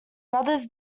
brothers